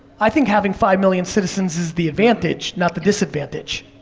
i think having five million citizens is the advantage, not the disadvantage.